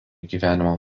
gyvenimo